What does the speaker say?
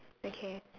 okay